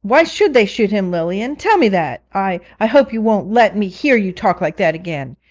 why should they shoot him, lilian? tell me that! i i hope you won't let me hear you talk like that again.